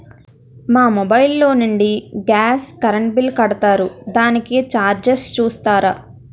మా మొబైల్ లో నుండి గాస్, కరెన్ బిల్ కడతారు దానికి చార్జెస్ చూస్తారా?